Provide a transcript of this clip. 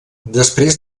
després